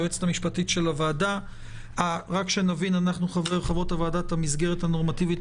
היועצת המשפטית של הוועדה רק כדי שנבין את המסגרת הנורמטיבית